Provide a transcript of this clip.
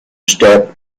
step